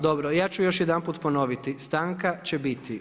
Dobro, ja ću još jedanput ponoviti, stanka će biti.